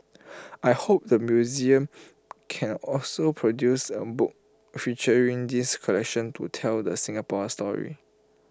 I hope the museum can also produce A book featuring this collection to tell the Singapore story